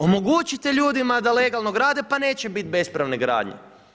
Omogućite ljudima da legalno grade, pa neće biti bespravne gradnje.